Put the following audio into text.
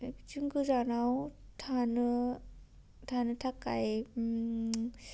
जों गोजानाव थानो थानो थाखाय